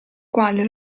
quale